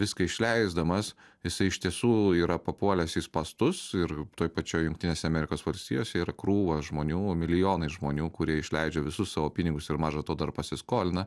viską išleisdamas jisai iš tiesų yra papuolęs į spąstus ir toj pačioj jungtinėse amerikos valstijose yra krūva žmonių milijonai žmonių kurie išleidžia visus savo pinigus ir maža to dar pasiskolina